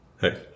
Hey